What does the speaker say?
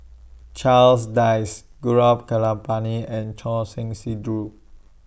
Charles Dyce Gaurav Kripalani and Choor Singh Sidhu